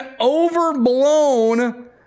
overblown